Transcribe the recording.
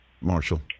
Marshall